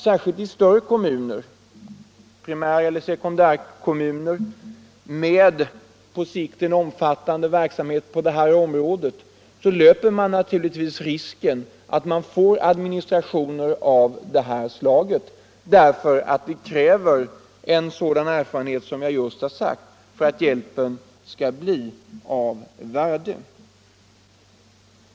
Särskilt i större kommuner — primäreller se kundärkommuner — med på sikt en omfattande verksamhet på detta område löper man givetvis risken att få administrationer av det här slaget, därför att det krävs just en sådan erfarenhet som jag nyss har talat om för att hjälpen skall bli av värde.